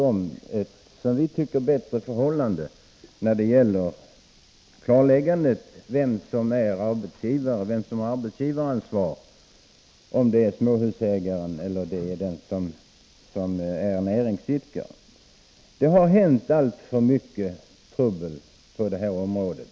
Vi föreslår en som vi tycker bättre ordning när det gäller att klarlägga vem som har arbetsgivaransvar — om det är småhusägaren eller näringsidkaren. Det har varit alltför mycket trubbel på detta område.